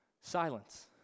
Silence